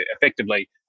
effectively